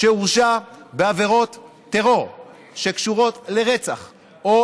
שהורשע בעבירות טרור שקשורות לרצח או